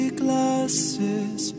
glasses